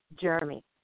Jeremy